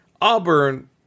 Auburn